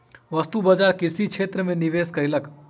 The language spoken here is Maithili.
वस्तु बजार कृषि क्षेत्र में निवेश कयलक